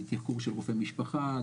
תחקור של רופא משפחה,